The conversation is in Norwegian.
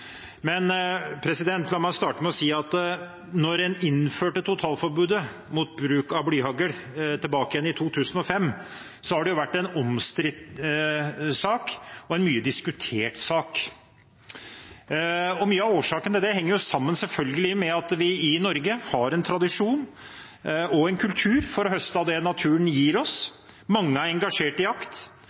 La meg så starte med å si at siden en innførte totalforbudet mot bruk av blyhagl i 2005, har det vært en omstridt sak og en mye diskutert sak. Mye av årsaken til det er selvfølgelig at vi i Norge har en tradisjon og en kultur for å høste av det naturen gir oss. Mange er engasjert i jakt,